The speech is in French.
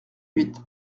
huit